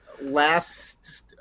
last